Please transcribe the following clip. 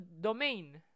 domain